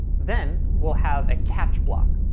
then we'll have a catch block,